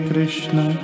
Krishna